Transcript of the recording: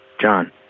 John